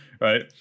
right